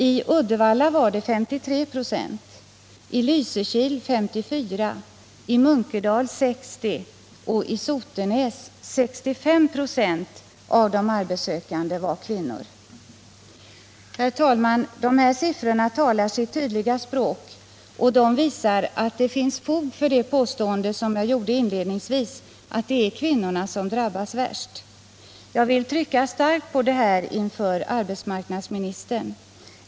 I Uddevalla var 53 96, i Lysekil 54 96, i Munkedal 60 926 och i Sotenäs 65 926 av de arbetssökande kvinnor. Herr talman! De här siffrorna talar sitt tydliga språk, och de visar att det finns fog för det påstående som jag gjorde inledningsvis att det är kvinnorna som drabbas hårdast. Jag vill trycka starkt på detta inför arbetsmarknadsministern.